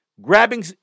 grabbing